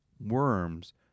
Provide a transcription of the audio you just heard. worms